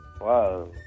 Wow